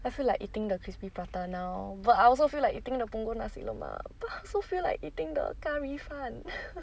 I feel like eating the crispy prata now but I also feel like eating the punggol nasi lemak I also feel like eating the 咖哩饭